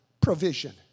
provision